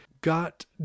got